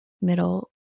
middle